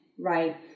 right